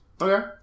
Okay